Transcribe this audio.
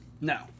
no